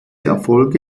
erfolge